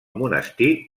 monestir